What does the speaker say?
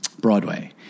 Broadway